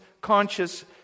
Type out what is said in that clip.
conscious